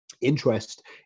interest